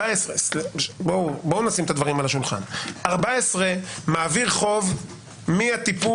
בואו נשים את הדברים על השולחן: 14 מעביר חוב מהטיפול